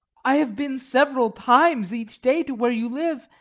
i have been several times each day to where you live,